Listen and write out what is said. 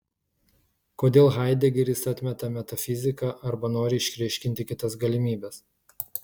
kodėl haidegeris atmeta metafiziką arba nori išryškinti kitas galimybes